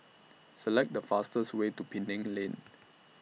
Select The fastest Way to Penang Lane